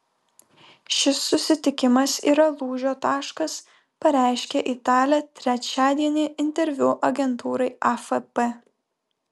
šis susitikimas yra lūžio taškas pareiškė italė trečiadienį interviu agentūrai afp